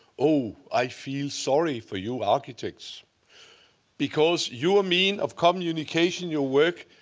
oh, i feel sorry for you architects because your mean of communication, your work,